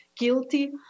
guilty